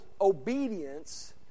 obedience